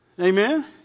Amen